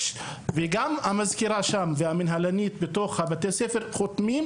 וגם המזכירה והמנהלית בתוך בית הספר חותמות,